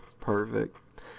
Perfect